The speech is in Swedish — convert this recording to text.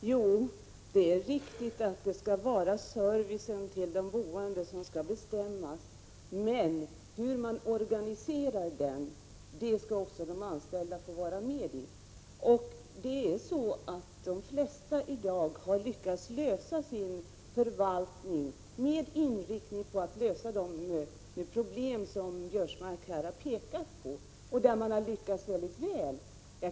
Fru talman! Jo, det är riktigt att det skall vara servicen till de boende som skall bestämma, men hur man organiserar den skall också de anställda få påverka. På de flesta håll har man i dag lyckats ordna förvaltningen med en inriktning på att lösa de problem som Biörsmark här har pekat på. Man har också lyckats mycket väl med detta.